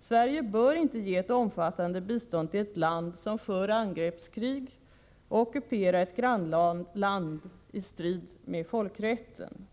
Sverige bör inte ge ett omfattande bistånd till ett land som för angreppskrig och ockuperar ett grannland i strid med folkrätten.